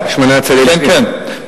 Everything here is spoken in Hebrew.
כן, כן.